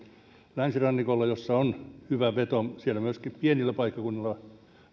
länsirannikolla missä on hyvä veto siellä myöskin pienillä paikkakunnilla